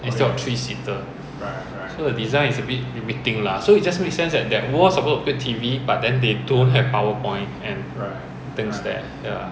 no actually the the legal method is to drill quite a big hole then after that the wire must go through the metal piping then hide inside the wall